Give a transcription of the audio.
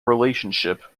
relationship